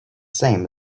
same